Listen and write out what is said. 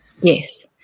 Yes